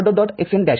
xN' x1